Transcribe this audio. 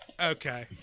Okay